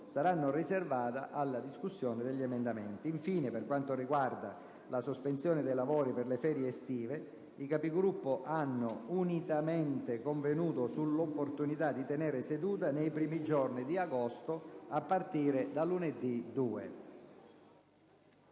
saranno riservate alla discussione degli emendamenti. Infine, per quanto riguarda la sospensione dei lavori per le ferie estive, i Capigruppo hanno unanimemente convenuto sull'opportunità di tenere seduta nei primi giorni di agosto, a partire da lunedì 2.